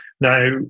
Now